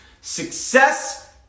success